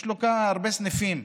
יש לו הרבה סניפים,